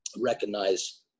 recognize